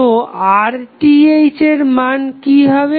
তো RTh এর মান কি হবে